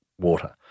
water